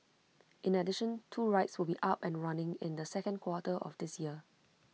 in addition two rides will be up and running in the second quarter of this year